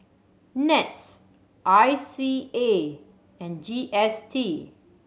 NETS I C A and G S T